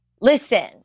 listen